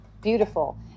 beautiful